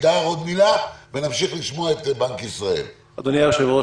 אדוני היושב ראש,